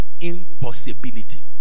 impossibility